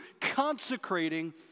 consecrating